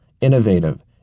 innovative